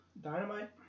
Dynamite